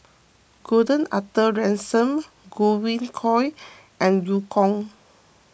Gordon Arthur Ransome Godwin Koay and Eu Kong